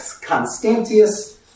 Constantius